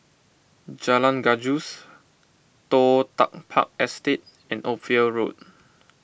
Jalan Gajus Toh Tuck Park Estate and Ophir Road